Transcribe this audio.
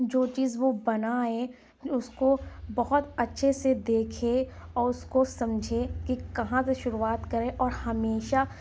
جو چیز وہ بنائے اس کو بہت اچھے سے دیکھے او اس کو سمجھے کہ کہاں سے شروعات کریں اور ہمیشہ